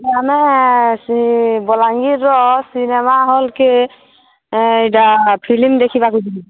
ଆମେ ବଲାଙ୍ଗୀର ର ସିନେମା ହଲ୍କେ ଇ'ଟା ଫିଲ୍ମ ଦେଖିବାକୁ ଯିବୁ